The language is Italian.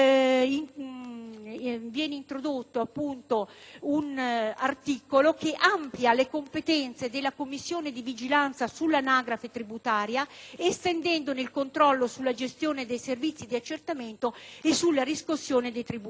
che introduce un articolo che amplia le competenze della Commissione di vigilanza sull'anagrafe tributaria, estendendone il controllo sulla gestione dei servizi di accertamento e sulla riscossione dei tributi locali.